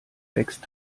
wächst